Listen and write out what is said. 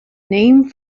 name